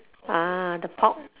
uh the pork